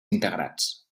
integrats